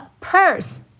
purse